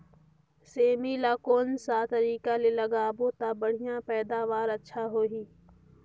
सेमी ला कोन सा तरीका ले लगाबो ता बढ़िया पैदावार अच्छा होही?